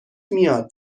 میاد